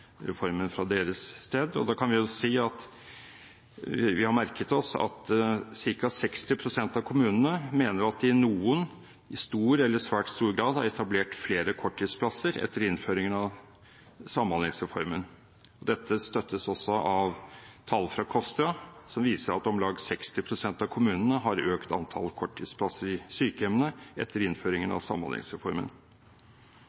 reformen fra deres ståsted. Da kan vi si at vi har merket oss at ca. 60 pst. av kommunene mener at de i noen, i stor eller i svært stor grad har etablert flere korttidsplasser etter innføringen av samhandlingsreformen. Dette støttes også av tall fra KOSTRA, som viser at om lag 60 pst. av kommunene har økt antallet korttidsplasser i sykehjemmene etter innføringen